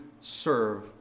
serve